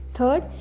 Third